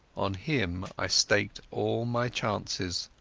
on him i staked all my chances.